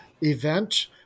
event